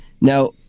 Now